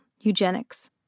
eugenics